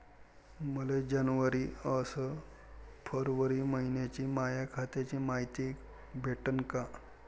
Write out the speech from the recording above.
मले जनवरी अस फरवरी मइन्याची माया खात्याची मायती भेटन का?